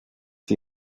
sie